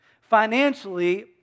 Financially